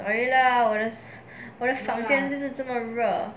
oh lah whereas 我的房间就是这么热